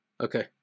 Okay